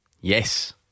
Yes